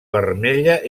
vermella